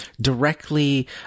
directly